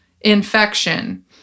infection